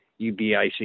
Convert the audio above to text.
UBIC